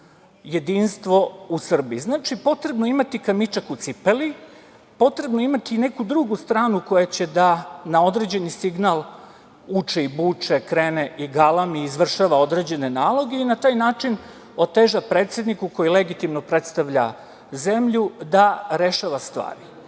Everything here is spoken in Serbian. jedinstvo u Srbiji. Znači, potrebno je imati kamičak u cipeli, potrebno je imati i neku drugu stranu koja će da na određeni signal uče i buče, krene i galami, izvršava određene naloge i na taj način oteža predsedniku koji legitimno predstavlja zemlju da rešava stvar. Znači,